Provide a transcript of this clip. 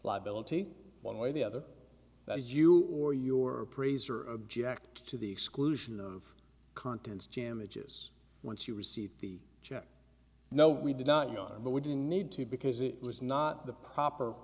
liability one way or the other that is you or your appraiser object to the exclusion of contents damages once you receive the check no we did not know but we do need to because it was not the proper